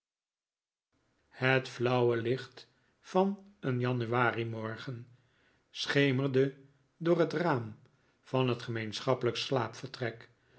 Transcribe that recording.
het flauwe licht van een januarimorgen schemerde door het raam van het gemeenschappelijke